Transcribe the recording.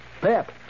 Pep